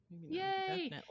Yay